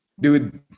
Dude